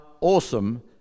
awesome